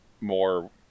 more